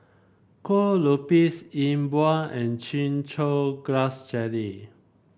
Kue Lupis Yi Bua and Chin Chow Grass Jelly